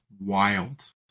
wild